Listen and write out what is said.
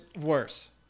worse